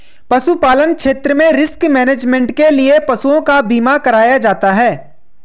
पशुपालन क्षेत्र में रिस्क मैनेजमेंट के लिए पशुओं का बीमा कराया जाता है